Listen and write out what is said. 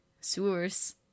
sewers